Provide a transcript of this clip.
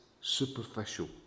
superficial